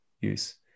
use